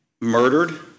murdered